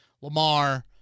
Lamar